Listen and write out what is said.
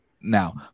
now